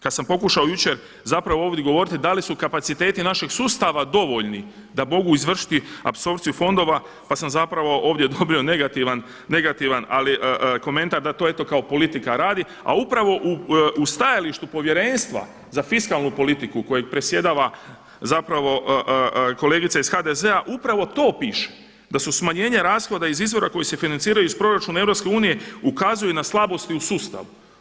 Kada sam pokušao jučer ovdje govoriti da li su kapaciteti našeg sustava dovoljni da mogu izvršiti apsorpciju fondova, pa sam zapravo ovdje dobio negativan komentar da to eto politika radi, a upravo u stajalištu Povjerenstva za fiskalnu politiku kojoj predsjedava kolegica iz HDZ-a upravo to piše da su smanjenja rashoda iz izvora koji se financiraju iz proračuna EU ukazuju na slabosti u sustavu.